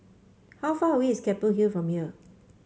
how far away is Keppel Hill from here